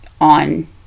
on